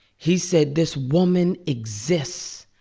he said, this woman exists.